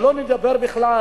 שלא לדבר בכלל: